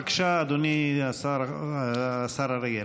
בבקשה, אדוני השר אריאל.